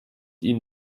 ihnen